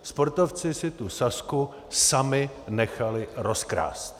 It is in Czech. Sportovci si tu Sazku sami nechali rozkrást.